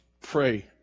Pray